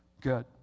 good